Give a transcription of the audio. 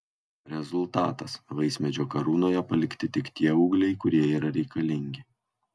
rezultatas vaismedžio karūnoje palikti tik tie ūgliai kurie yra reikalingi